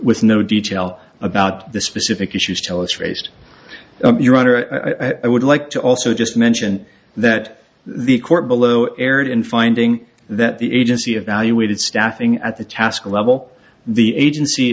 with no detail about the specific issues tell us raised your honor i would like to also just mention that the court below erred in finding that the agency evaluated staffing at the task level the agency